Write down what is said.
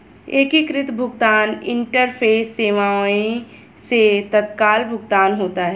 एकीकृत भुगतान इंटरफेस सेवाएं से तत्काल भुगतान होता है